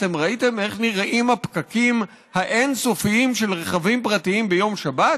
אתם ראיתם איך נראים הפקקים האין-סופיים של רכבים פרטיים ביום שבת?